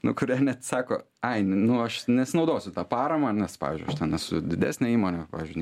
nu kurie net sako ai nu aš nesinaudosiu ta parama nes pavyzdžiui aš ten esu didesnė įmonė pavyzdžiui